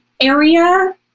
area